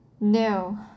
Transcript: No